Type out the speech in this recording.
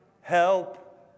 Help